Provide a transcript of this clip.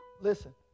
Listen